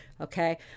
Okay